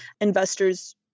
Investors